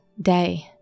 day